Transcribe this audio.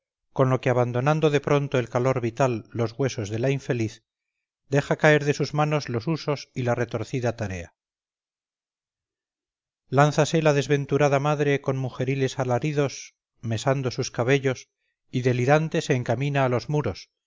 con lo que abandonando de pronto el calor vital los huesos de la infeliz deja caer de sus manos los husos y la retorcida tarea lánzase la desventurada madre con mujeriles alaridos mesando sus cabellos y delirante se encamina a los muros